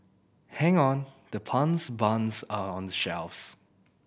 hang on the puns buns are shelves